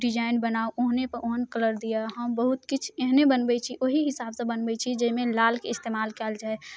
design बनाउ ओहने ओहन कलर दिअ हम बहुत किछु एहने बनबैत छी ओहि हिसाब से बनबैत छी जेहिमे लालके इस्तेमाल कयल जाए